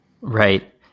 right